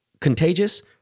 contagious